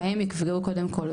בהם ייפגעו קודם כל,